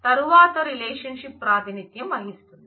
తరువాత రిలేషన్షిప్స్ ప్రాతినిధ్యం వస్తుంది